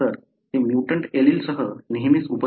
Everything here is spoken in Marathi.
तर ते म्युटंट ऍलीलसह नेहमीच उपस्थित असेल